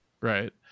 Right